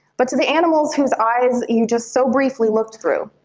but to the animals whose eyes you just so briefly looked through,